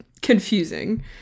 confusing